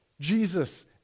Jesus